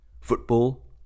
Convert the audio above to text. Football